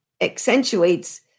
accentuates